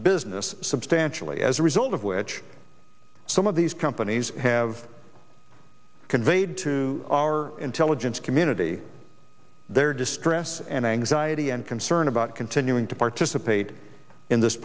business substantially as a result of which some of these companies have conveyed to our intelligence community their distress and anxiety and concern about continuing to participate in this